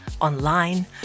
online